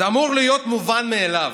זה אמור להיות מובן מאליו.